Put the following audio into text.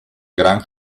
grand